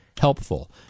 Helpful